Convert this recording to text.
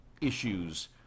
issues